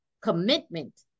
commitment